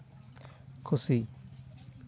ᱠᱷᱩᱥᱤ